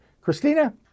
Christina